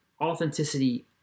authenticity